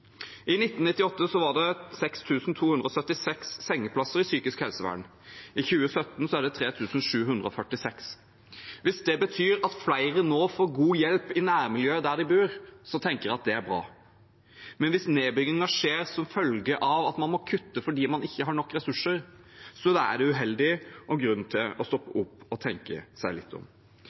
I 1998 var det 6 276 sengeplasser i psykisk helsevern, i 2017 er det 3 746. Hvis det betyr at flere nå får god hjelp i nærmiljøet der de bor, tenker jeg at det er bra, men hvis nedbyggingen skjer som følge av at man må kutte fordi man ikke har nok ressurser, er det uheldig og grunn til å stoppe opp og tenke seg litt om.